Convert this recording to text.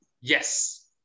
yes